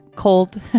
cold